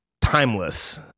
timeless